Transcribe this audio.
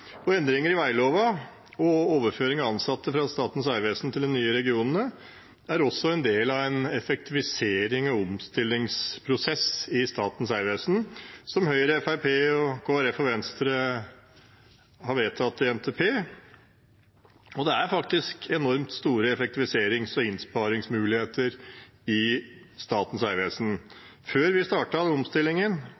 arbeidsoppgaver. Endringer i veglova og overføring av ansatte fra Statens vegvesen til de nye regionene er også en del av effektiviseringen i en omstillingsprosess i Statens vegvesen, som Høyre, Fremskrittspartiet, Kristelig Folkeparti og Venstre har vedtatt i NTP. Det er faktisk enormt store effektiviserings- og innsparingsmuligheter i Statens vegvesen.